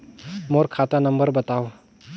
मोर खाता नम्बर बताव?